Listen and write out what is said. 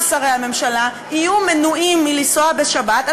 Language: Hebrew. שרי הממשלה יהיו מנועים מלנסוע בשבת,